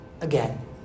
again